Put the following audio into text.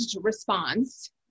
response